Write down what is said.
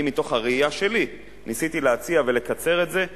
אני מתוך הראייה שלי ניסיתי להציע ולקצר את זה,